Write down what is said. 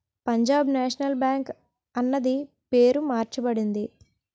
Punjab National Bank అన్నది పేరు మార్చబడింది